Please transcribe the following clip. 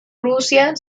rusia